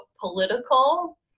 political